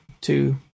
two